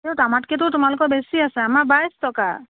এই আমাতকৈতো তোমালোকৰ বেছি আছে আমাৰ বাইছ টকা